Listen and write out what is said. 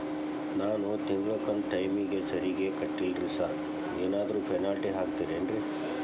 ನಾನು ತಿಂಗ್ಳ ಕಂತ್ ಟೈಮಿಗ್ ಸರಿಗೆ ಕಟ್ಟಿಲ್ರಿ ಸಾರ್ ಏನಾದ್ರು ಪೆನಾಲ್ಟಿ ಹಾಕ್ತಿರೆನ್ರಿ?